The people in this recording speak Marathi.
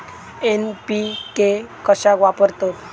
एन.पी.के कशाक वापरतत?